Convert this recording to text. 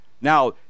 Now